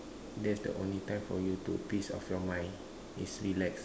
that's the only time for you to peace of your mind is relax